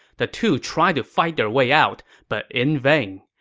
the two tried to fight their way out, but in vain.